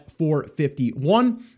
451